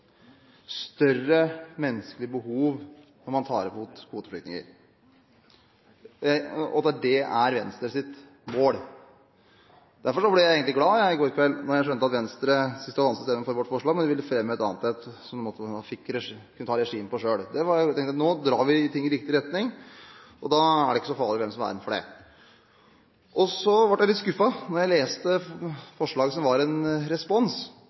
større menneskelige hensyn når man tar imot kvoteflyktninger. Det er Venstres mål. Derfor ble jeg egentlig glad i går kveld, da jeg skjønte at Venstre synes det er vanskelig å stemme for vårt forslag, og at man ville fremme et annet som man kunne ta regien på selv. Da tenkte jeg at nå drar vi i riktig retning, og da er det ikke så farlig hvem som får æren for det. Jeg ble imidlertid litt skuffet da jeg leste forslaget som var en respons.